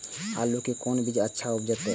आलू के कोन बीज अच्छा उपज दे छे?